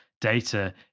data